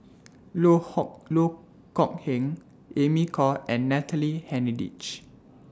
Loh Hock Loh Kok Heng Amy Khor and Natalie Hennedige